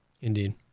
Indeed